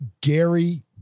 Gary